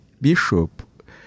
Bishop